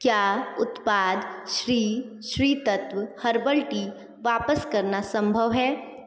क्या उत्पाद Shri Shri Tattva herbal tea वापस करना संभव है